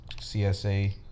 CSA